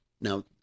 now